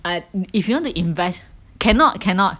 I if you want to invest cannot cannot